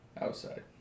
outside